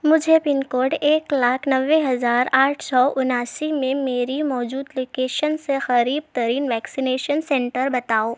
مجھے pin code ایک لاکھ نوے ہزار آٹھ سو اناسی میں میری موجود لوکیشن سے قریب ترین ویکسینیشن سینٹر بتاؤ